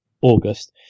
August